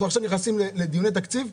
אנחנו עכשיו נכנסים לדיוני תקציב,